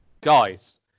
guys